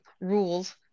rules